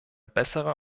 bessere